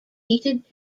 heated